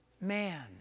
man